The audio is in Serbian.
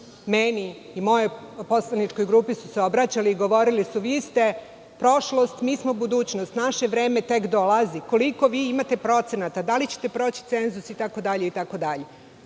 meni i mojoj poslaničkoj grupi su se obraćali i govorili, vi ste prošlost, mi smo budućnost. Naše vreme tek dolazi. Koliko vi imate procenata, da li ćete proći cenzus itd. Znate